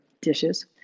dishes